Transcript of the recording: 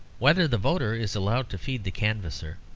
whether the voter is allowed to feed the canvasser,